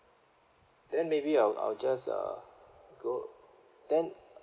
then maybe I'll I'll just uh go then